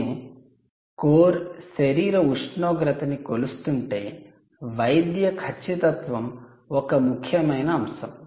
నేను కోర్ శరీర ఉష్ణోగ్రతని కొలుస్తుంటే వైద్య ఖచ్చితత్వం ఒక ముఖ్యమైన అంశం